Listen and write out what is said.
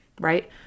right